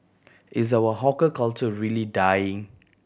is our hawker culture really dying